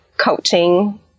coaching